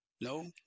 No